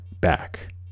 back